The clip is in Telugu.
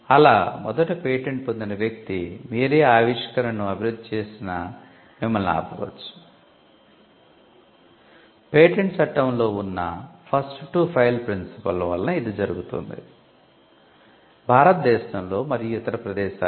అలా మొదట పేటెంట్ పొందిన వ్యక్తి మీరే ఆ ఆవిష్కరణను అభివృద్ధి చేసినా మిమ్మల్ని ఆపవచ్చు